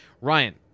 Ryan